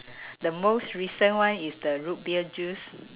the most recent one is the root beer juice